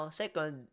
second